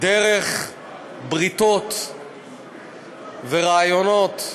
דרך בריתות ורעיונות.